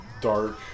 dark